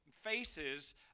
faces